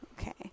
Okay